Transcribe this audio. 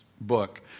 book